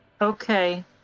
Okay